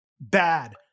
Bad